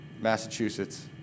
Massachusetts